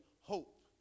hope